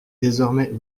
désormais